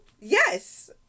Yes